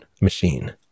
machine